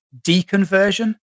deconversion